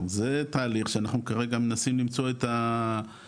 זה תהליך שאנחנו כרגע מנסים למצוא את הטכניקה,